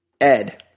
Ed